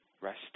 rest